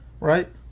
right